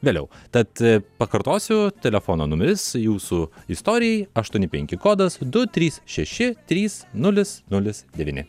vėliau tad pakartosiu telefono numeris jūsų istorijai aštuoni penki kodas du trys šeši trys nulis nulis devyni